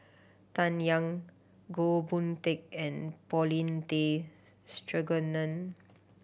Bai Yan Goh Boon Teck and Paulin Tay Straughan